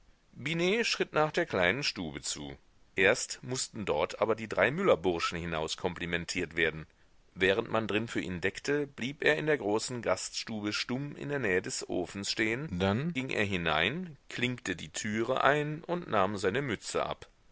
schritt nach der kleinen stube zu erst mußten dort aber die drei müllerburschen hinauskomplimentiert werden während man drin für ihn deckte blieb er in der großen gaststube stumm in der nähe des ofens stehen dann ging er hinein klinkte die türe ein und nahm seine mütze ab